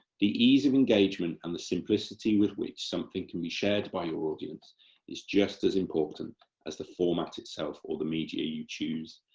the ease of engagement and the simplicity with which something can be shared by your audience is just as important as the format itself or the media you choose.